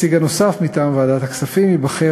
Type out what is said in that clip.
הנציג הנוסף מטעם ועדת הכספים ייבחר